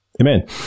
Amen